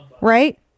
Right